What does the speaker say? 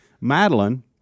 Madeline